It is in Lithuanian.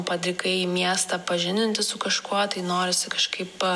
padrikai į miestą pažindintis su kažkuo tai norisi kažkaip